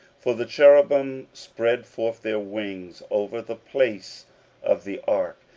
for the cherubims spread forth their wings over the place of the ark,